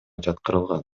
жаткырылган